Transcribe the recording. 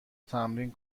تمرین